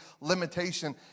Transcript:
limitation